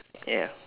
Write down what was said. ya